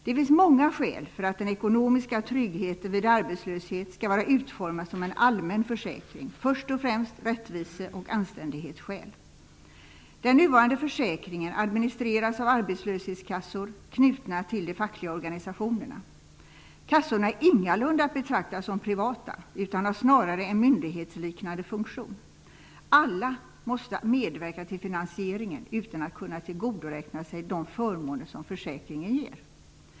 Det finns många skäl för att den ekonomiska tryggheten vid arbetslöshet skall vara utformad som en allmän försäkring; först och främst rättviseoch anständighetsskäl. Den nuvarande försäkringen administreras av arbetslöshetskassor, knutna till de fackliga organisationerna. Kassorna är ingalunda att betrakta som privata, utan har snarare en myndighetsliknande funktion. Alla måste medverka till finansieringen utan att kunna tillgodoräkna sig de förmåner som försäkringen ger.